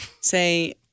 Say